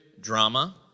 drama